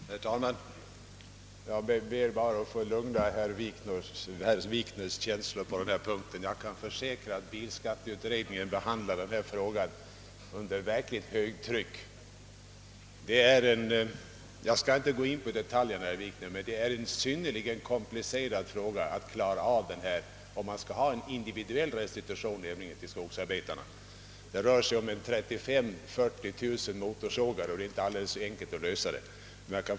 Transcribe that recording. Herr talman! Jag ber bara att få lugna herr Wikners känslor på denna punkt. Jag kan försäkra att bilskatteutredningen behandlar denna fråga under högtryck. Jag skall inte gå in på detaljerna, herr Wikner, men det är en synnerligen komplicerad fråga att klara ut detta, om man skall ha individuell resti tution till skogsarbetarna. Det rör sig om 35 000—40 000 motorsågar, och det är inte alldeles enkelt att lösa problemet.